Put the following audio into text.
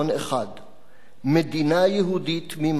מדינה יהודית ממערב לירדן,